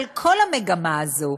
אבל כל המגמה הזאת,